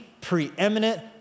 preeminent